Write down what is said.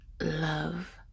love